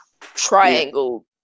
triangle